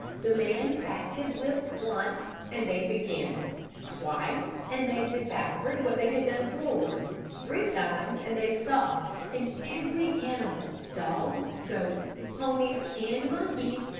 the man cracked his whip once, and they began twice, and they did backward what they had done forward three times, and they stopped, and every animal, dogs, goats, ponies, and monkeys,